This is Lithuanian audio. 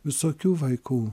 visokių vaikų